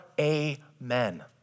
amen